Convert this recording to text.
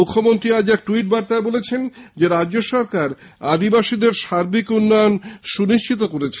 মুখ্যমন্ত্রী আজ এক ট্যইটবার্তায় বলেছেন রাজ্য সরকার আদিবাসীদের সার্বিক উন্নয়ন সুনিশ্চিত করেছে